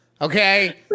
Okay